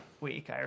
week